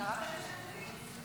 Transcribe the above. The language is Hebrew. קראת את השם שלי?